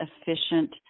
efficient